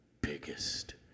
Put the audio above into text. biggest